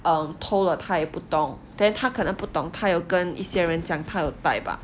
um 偷了他也不懂 then 他可能不懂他有跟一些人讲他有待吧